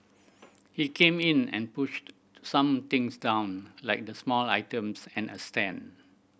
he came in and pushed some things down like the small items and a stand